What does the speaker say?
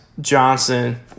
Johnson